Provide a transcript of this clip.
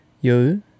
Yo